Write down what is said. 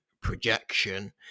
projection